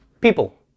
People